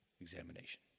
examination